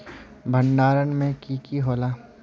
भण्डारण में की की होला?